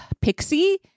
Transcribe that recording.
pixie